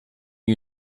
you